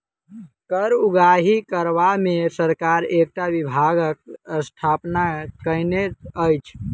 कर उगाही करबा मे सरकार एकटा विभागक स्थापना कएने अछि